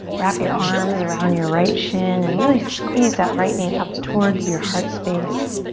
wrap your arms around your right shin and really squeeze that right knee up towards your heart space.